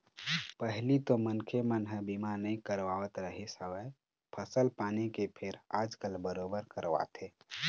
पहिली तो मनखे मन ह बीमा नइ करवात रिहिस हवय फसल पानी के फेर आजकल बरोबर करवाथे